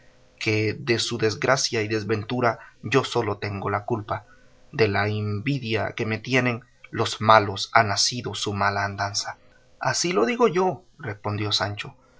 que de su desgracia y desventura yo solo tengo la culpa de la invidia que me tienen los malos ha nacido su mala andanza así lo digo yo respondió sancho